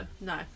no